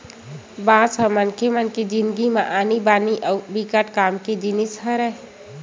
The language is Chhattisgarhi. बांस ह मनखे मन के जिनगी म आनी बानी अउ बिकट काम के जिनिस हरय